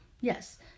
Yes